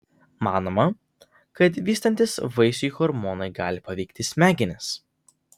manoma kad vystantis vaisiui hormonai gali paveikti smegenis